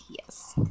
Yes